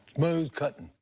smooth cuttin'.